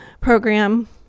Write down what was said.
program